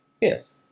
Yes